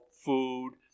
food